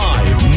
Live